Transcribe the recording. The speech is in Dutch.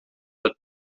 uit